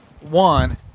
one